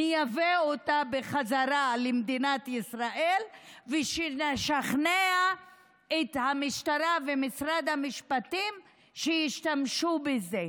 נייבא בחזרה למדינת ישראל ונשכנע את המשטרה ומשרד המשפטים שישתמשו בזה.